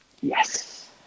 Yes